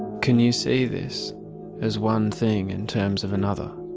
can you see this as one thing in terms of another?